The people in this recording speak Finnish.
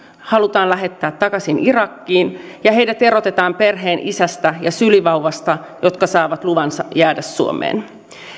halutaan lähettää takaisin irakiin ja heidät erotetaan perheen isästä ja sylivauvasta jotka saavat luvan jäädä suomeen